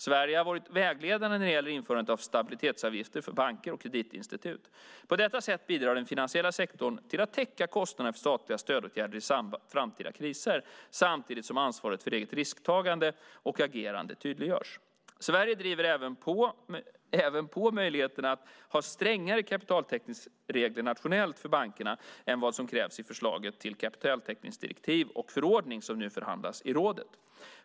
Sverige har varit vägledande när det gäller införandet av stabilitetsavgifter för banker och kreditinstitut. På detta sätt bidrar den finansiella sektorn till att täcka kostnaderna för statliga stödåtgärder i framtida kriser samtidigt som ansvaret för eget risktagande och agerande tydliggörs. Sverige driver även på möjligheten att ha strängare kapitaltäckningsregler nationellt för bankerna än vad som krävs i förslaget till kapitaltäckningsdirektiv och förordning som nu förhandlas i rådet.